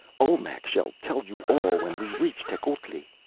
olmec shall tell you all when we reach tecuhltli.